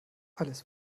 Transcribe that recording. alles